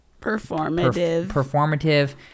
Performative